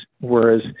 Whereas